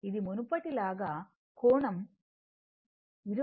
ఇది మునుపటి లాగా 20 కోణం 36